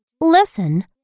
listen